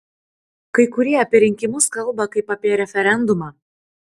kai kurie apie rinkimus kalba kaip apie referendumą